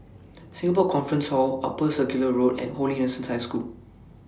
Singapore Conference Hall Upper Circular Road and Holy Innocents' High School